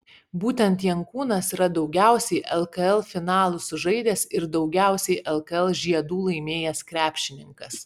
būtent jankūnas yra daugiausiai lkl finalų sužaidęs ir daugiausiai lkl žiedų laimėjęs krepšininkas